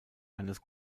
eines